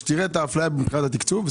שתראה את האפליה מבחינת התקצוב.